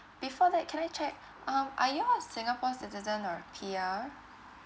before that can I check um are you a singapore's citizen or P_R